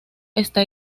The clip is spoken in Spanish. está